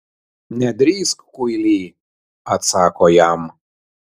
nedrįsk kuily atsako jam